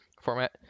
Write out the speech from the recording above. format